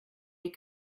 les